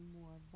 more